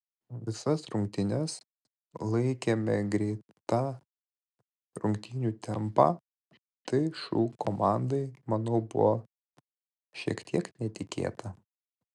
visas rungtynes laikėme greitą rungtynių tempą tai šu komandai manau buvo šiek tiek netikėta